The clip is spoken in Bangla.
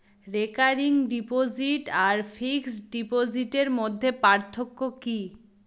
রেকারিং ডিপোজিট আর ফিক্সড ডিপোজিটের মধ্যে পার্থক্য কি?